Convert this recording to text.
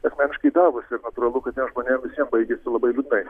asmeniškai įdavusi ir natūralu kad tiem žmonėm visiem baigėsi labai liūdnai